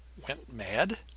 went mad?